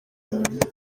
nyuma